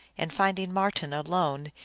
and, finding marten alone,